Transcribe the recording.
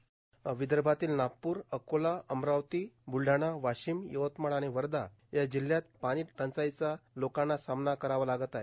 vice कास्ट विदर्भातील नागपूर अकोला अमरावती ब्लढाणा वाशिम यवतमाळ आणि वर्धा या जिल्हयात पाणी टंचाईचा लोकांना सामना करावा लागत आहे